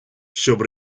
щоб